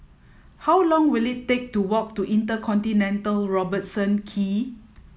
how long will it take to walk to InterContinental Robertson Quay